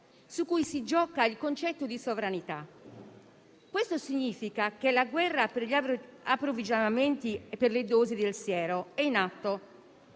su cui si gioca il concetto di sovranità. Questo significa che la guerra per gli approvvigionamenti e per le dosi del siero è in atto.